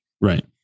right